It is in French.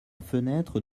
fenêtre